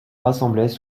rassemblaient